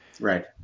Right